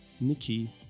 nikki